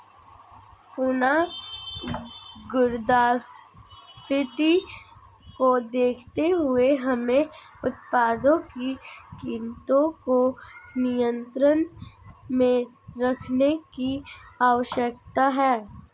पुनः मुद्रास्फीति को देखते हुए हमें उत्पादों की कीमतों को नियंत्रण में रखने की आवश्यकता है